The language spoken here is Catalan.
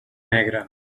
negre